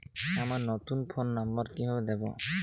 আমার নতুন phone number কিভাবে দিবো?